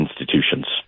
institutions